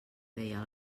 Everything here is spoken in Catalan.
deia